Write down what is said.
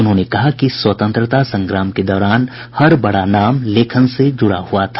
उन्होंने कहा कि स्वतंत्रता संग्राम के दौरान हर बड़ा नाम लेखन से जुड़ा हुआ था